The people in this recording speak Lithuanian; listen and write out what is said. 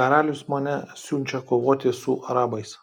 karalius mane siunčia kovoti su arabais